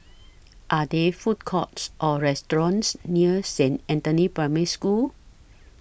Are There Food Courts Or restaurants near Saint Anthony's Primary School